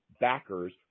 backers